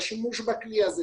של השימוש בכלי הזה,